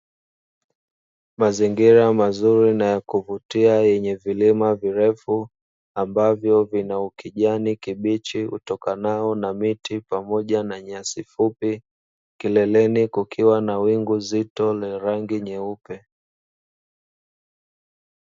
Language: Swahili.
Mazingira mazuri na ya kuvutia yenye vilima virefu ambavyo vina kijani kibichi, utokanao na miti pamoja na nyasi fupi kileleni kukiwa na wingu zito lenye rangi nyeupe.